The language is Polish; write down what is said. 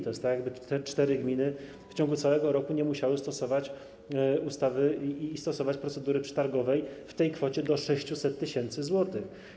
To jest tak, jakby te cztery gminy w ciągu całego roku nie musiały stosować ustawy i procedury przetargowej w tej kwocie do 600 tys. zł.